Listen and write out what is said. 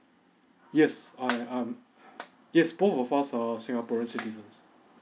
yes I um yes both of us are singaporeans citizens